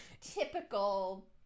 typical